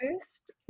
first